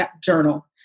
journal